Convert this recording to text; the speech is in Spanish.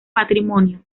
patrimonio